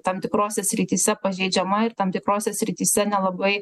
tam tikrose srityse pažeidžiama ir tam tikrose srityse nelabai